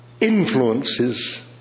influences